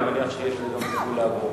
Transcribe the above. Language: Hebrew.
אני מניח שיש לזה גם סיכוי לעבור.